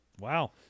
Wow